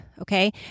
okay